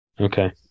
Okay